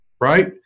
Right